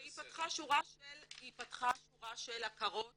והיא פתחה שורה של הכרות